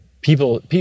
people